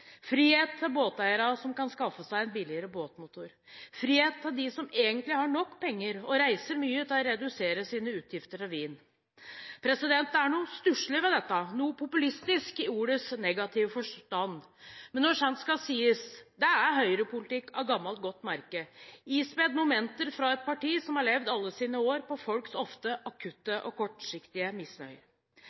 frihet til båteiere som kan skaffe seg en billigere båtmotor og frihet til dem som egentlig har nok penger og reiser mye, til å redusere sine utgifter til vin. Det er noe stusselig ved dette, noe populistisk i ordets negative forstand. Når sant skal sies: Det er Høyre-politikk av gammelt godt merke, ispedd momenter fra et parti som har levd alle sine år på folks ofte akutte og kortsiktige misnøye.